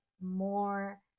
more